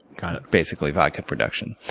kind of basically, vodka production.